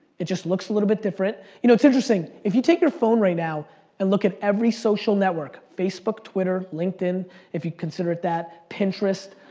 it just looks a little bit different. you know, it's interesting. if you take your phone right now and look at every social network facebook, twitter, linkedin if you consider it that, pinterest.